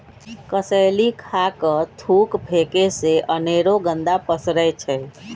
कसेलि खा कऽ थूक फेके से अनेरो गंदा पसरै छै